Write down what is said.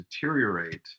deteriorate